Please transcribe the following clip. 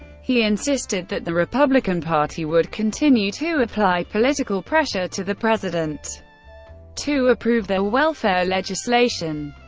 he insisted that the republican party would continue to apply political pressure to the president to approve their welfare legislation.